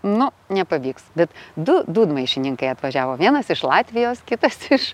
nu nepavyks bet du dūdmaišininkai atvažiavo vienas iš latvijos kitas iš